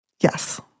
Yes